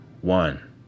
One